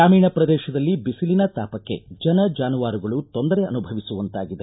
ಗ್ರಾಮೀಣ ಪ್ರದೇತದಲ್ಲಿ ಬಿಸಿಲಿನ ತಾಪಕ್ಕೆ ಜನ ಜಾನುವಾರುಗಳು ತೊಂದರೆ ಅನುಭವಿಸುವಂತಾಗಿದೆ